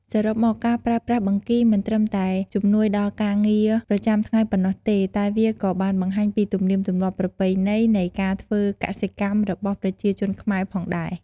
សរុបមក ការប្រើប្រាស់បង្គីមិនត្រឹមតែជំនួយដល់ការងារប្រចាំថ្ងៃប៉ុណ្ណោះទេ តែវាក៏បានបង្ហាញពីទំនៀមទម្លាប់ប្រពៃណីនៃការធ្វើកសិកម្មរបស់ប្រជាជនខ្មែរផងដែរ។